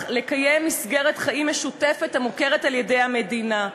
לקיים מסגרת חיים משותפת המוכרת על-ידי המדינה.